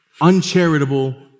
uncharitable